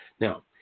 Now